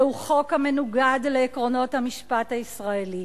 זהו חוק המנוגד לעקרונות המשפט הישראלי.